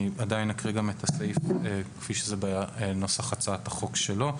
אני אקריא את הסעיף גם כפי שהוא נכתב בנוסח הצעת החוק שלו: